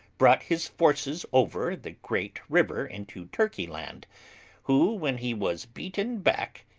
brought his forces over the great river into turkey land who, when he was beaten back,